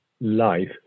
life